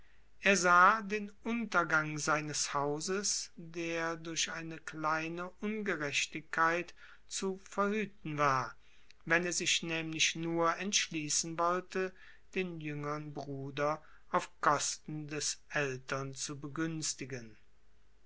er sah den untergang seines hauses der durch eine kleine ungerechtigkeit zu verhüten war wenn er sich nämlich nur entschließen wollte den jüngern bruder auf unkosten des ältern zu begünstigen